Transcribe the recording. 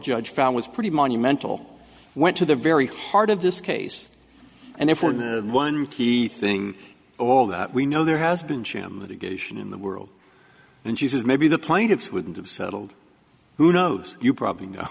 judge found was pretty monumental went to the very heart of this case and if we're the one key thing all that we know there has been sham litigation in the world and she says maybe the plaintiffs wouldn't have settled who knows you probably know